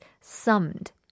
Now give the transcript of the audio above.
summed